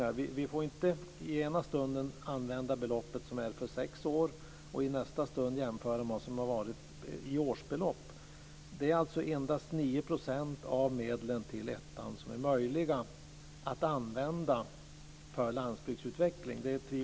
Man får där inte i ena stunden hänvisa till belopp för sex år och i nästa stund till årsbelopp. Enligt de besked som vi har fått kan tvivelsutan endast 9 % av medlen till målområde 1 användas för landsbygdsutveckling.